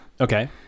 Okay